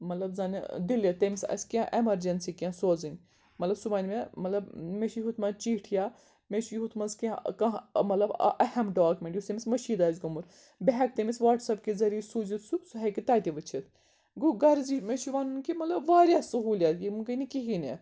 مطلَب زَنہٕ دِلِہ تٔمِس آسہِ کینٛہہ ایمَرجنسی کینٛہہ سوزٕنۍ مطلب سُہ وَن مے مطلب مےٚ چھُ یُتھ منٛز چِٹھ مےٚ یُتھ منٛز کینٛہ کانٛہہ مطلب اہم ڈاکمینٹ یُس تٔمِس مٔشیٖد آسہِ گوٚمُت بہٕ ہیٚکہٕ تٔمِس وَٹساپ کہ ذٔریعہ سوٗزِتھ سُہ سُہ ہیٚکہِ تَتہِ وٕچھِتھ گوٚو غرض یہِ مےٚ چھُ وَنُن کہِ مطلب واریاہ سہوٗلیت یِم گٔے نہٕ کِہیٖنۍ